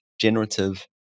generative